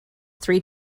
three